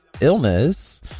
illness